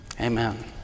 Amen